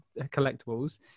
collectibles